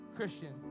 Christian